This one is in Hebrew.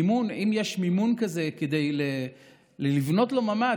אם יש מימון כזה לבנות לו ממ"ד,